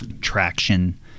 traction